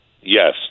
Yes